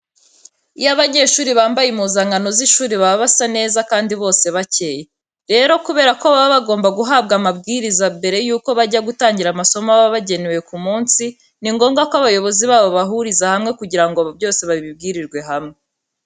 Iyo abanyeshuri bambaye impuzankano z'ishuri baba basa neza kandi bose bakeye. Rero kubera ko baba bagomba guhabwa amabwiriza mbere yuko bajya gutangira amasomo baba bagenewe ku munsi, ni ngombwa ko abayobozi babo babahuriza hamwe kugira ngo byose babibwirirwe hamwe.